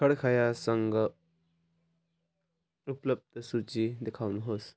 खड्ख्यासँग उपलब्ध सूची देखाउनुहोस्